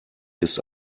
ist